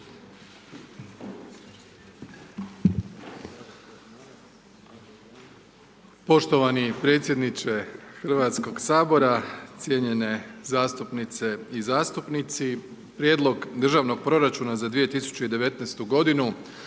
Poštovani predsjedniče Hrvatskog sabora, cijenjene zastupnice i zastupnici. Prijedlog državnog proračuna za 2019. godinu,